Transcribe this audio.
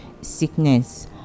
sickness